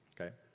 Okay